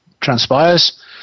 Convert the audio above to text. transpires